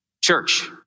Church